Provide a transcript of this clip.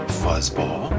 fuzzball